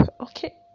okay